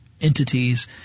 entities